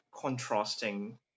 contrasting